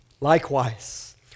Likewise